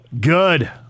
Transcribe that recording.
Good